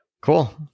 Cool